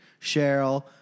Cheryl